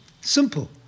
Simple